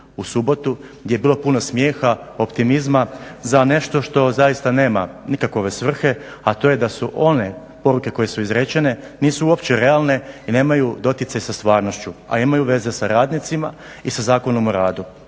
u subotu, gdje je bilo puno smijeha, optimizma za nešto što zaista nema nikakove svrhe, a to je da su one poruke koje su izrečene nisu uopće realne i nemaju doticaj sa stvarnošću, a imaju veze sa radnicima i sa Zakonom o radu.